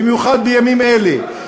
במיוחד בימים אלה,